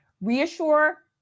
reassure